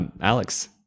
Alex